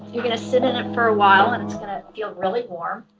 you're going to sit in it for a while, and it's going to feel really warm.